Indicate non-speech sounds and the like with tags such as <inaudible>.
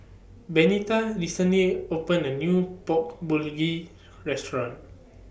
Benita recently opened A New Pork Bulgogi Restaurant <noise>